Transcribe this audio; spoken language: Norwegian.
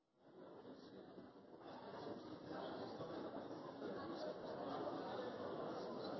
Ja, president, det er